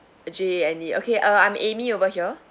J A N E okay uh I'm amy over here